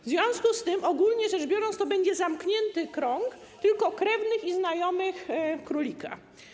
W związku z tym, ogólnie rzecz biorąc, to będzie zamknięty krąg tylko krewnych i znajomych królika.